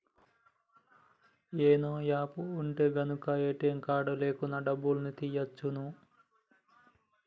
YONO app ఉంటె గనక ATM card లేకున్నా డబ్బుల్ని తియ్యచ్చును